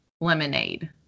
lemonade